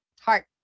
Heart